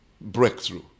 breakthrough